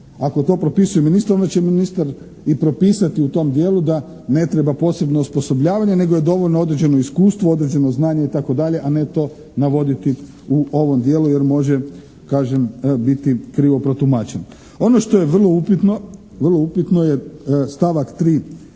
Ako to propisuje ministar onda će ministar i propisati u tom dijelu da ne treba posebno osposobljavanje, nego je dovoljno određeno iskustvo, određeno znanje itd., a ne to navoditi u ovom dijelu jer može kažem biti krivo protumačeno. Ono što je vrlo upitno, vrlo